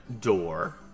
door